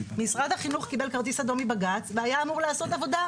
משרד החינוך קיבל כרטיס אדום מבג"ץ והיה אמור לעשות עבודה.